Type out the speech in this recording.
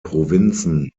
provinzen